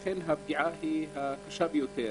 לכן הפגיעה קשה ביותר